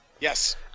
Yes